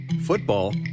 football